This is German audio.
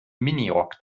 minirock